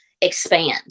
expand